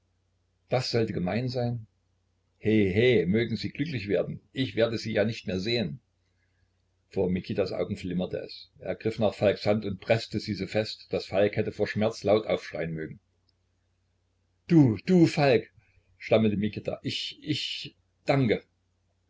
das sollte gemein sein he he mögen sie glücklich werden ich werde sie ja nicht mehr sehen vor mikitas augen flimmerte es er griff nach falks hand und preßte sie so fest daß falk hätte vor schmerz laut aufschreien mögen du du falk stammelte mikita ich ich danke